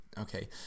okay